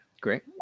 great